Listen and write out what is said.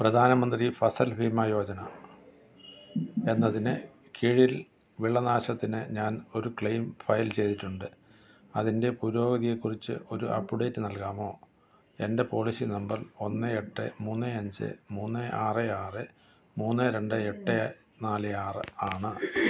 പ്രധാന മന്ത്രി ഫസൽ ഭീമ യോജന എന്നതിനു കീഴിൽ വിളനാശത്തിനു ഞാൻ ഒരു ക്ലെയിം ഫയൽ ചെയ്തിട്ടുണ്ട് അതിൻ്റെ പുരോഗതിയെക്കുറിച്ച് ഒരു അപ്ഡേറ്റ് നൽകാമോ എൻ്റെ പോളിസി നമ്പർ ഒന്ന് എട്ട് മൂന്ന് അഞ്ച് മൂന്ന് ആറ് ആറ് മൂന്ന് രണ്ട് എട്ട് നാല് ആറ് ആണ്